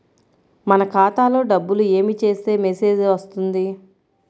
మన ఖాతాలో డబ్బులు ఏమి చేస్తే మెసేజ్ వస్తుంది?